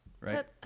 right